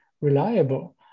reliable